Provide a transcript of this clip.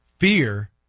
fear